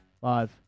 Five